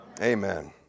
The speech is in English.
Amen